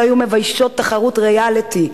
לא היו מביישות תחרות ריאליטי,